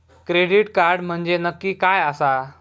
Credit card म्हंजे नक्की काय आसा?